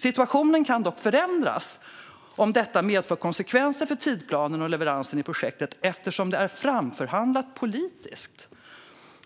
Situationen kan dock förändras, skriver man, om detta medför konsekvenser för tidsplanen och leveransen i projektet eftersom det är framförhandlat politiskt.